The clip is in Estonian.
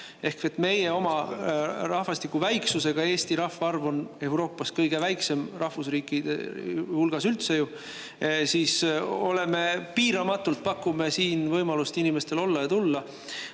Ehk et meie oma rahvastiku väiksusega – Eesti rahvaarv on Euroopas kõige väiksem rahvusriikide hulgas üldse – piiramatult pakume siin võimalust inimestel olla ja tulla.